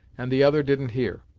and the other didn't hear.